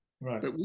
Right